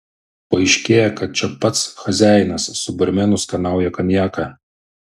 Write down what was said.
paaiškėja kad čia pats choziajinas su barmenu skanauja konjaką